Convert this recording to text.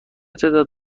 تعداد